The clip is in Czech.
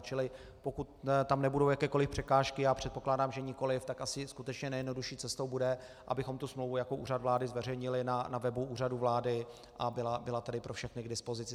Čili pokud tam nebudou jakékoli překážky, předpokládám, že nikoliv, tak asi nejjednodušší cestou bude, abychom tu smlouvu jako Úřad vlády zveřejnili na webu Úřadu vlády a byla tady pro všechny k dispozici.